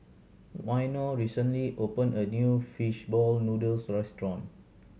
Waino recently opened a new fish ball noodles restaurant